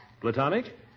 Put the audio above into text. Platonic